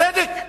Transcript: הצדק נרמס.